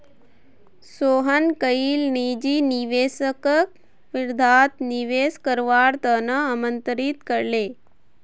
सोहन कईल निजी निवेशकक वर्धात निवेश करवार त न आमंत्रित कर ले